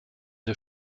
der